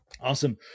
awesome